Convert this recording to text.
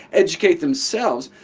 educate themselves,